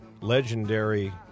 legendary